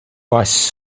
was